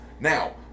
Now